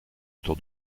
autour